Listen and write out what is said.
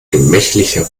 gemächlicher